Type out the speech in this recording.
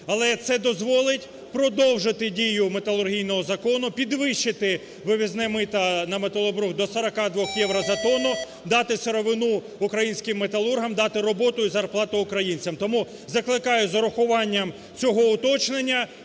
Але це дозволить продовжити дію металургійного закону, підвищити вивізне мито на металобрухт до 42 євро за тону, дати сировину українським металургам, дати роботу і зарплату українцям. Тому закликаю, з урахуванням цього уточнення,